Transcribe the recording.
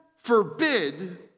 Forbid